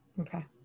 Okay